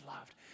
loved